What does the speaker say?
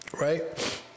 right